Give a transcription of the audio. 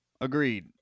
Agreed